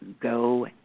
go